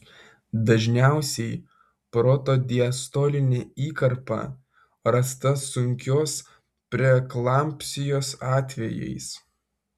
dažniausiai protodiastolinė įkarpa rasta sunkios preeklampsijos atvejais